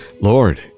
Lord